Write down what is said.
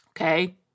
okay